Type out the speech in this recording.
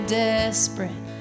desperate